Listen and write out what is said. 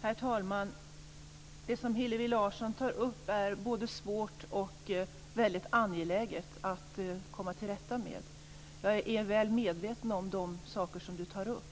Herr talman! Det som Hillevi Larsson tar upp är både svårt och väldigt angeläget att komma till rätta med. Jag är väl medveten om de saker som hon tar upp.